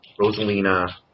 Rosalina